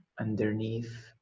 underneath